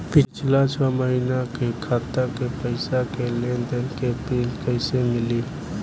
पिछला छह महीना के खाता के पइसा के लेन देन के प्रींट कइसे मिली?